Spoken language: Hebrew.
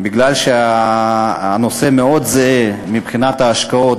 בגלל שהנושא זהה מבחינת ההשקעות,